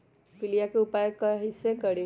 पीलिया के उपाय कई से करी?